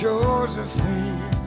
Josephine